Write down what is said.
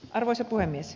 arvoisa puhemies